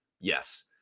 Yes